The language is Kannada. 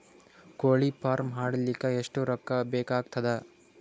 ಕೋಳಿ ಫಾರ್ಮ್ ಮಾಡಲಿಕ್ಕ ಎಷ್ಟು ರೊಕ್ಕಾ ಬೇಕಾಗತದ?